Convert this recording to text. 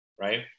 Right